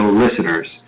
listeners